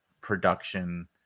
production